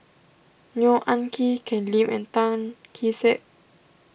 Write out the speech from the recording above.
Neo Anngee Ken Lim and Tan Kee Sek